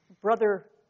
Brother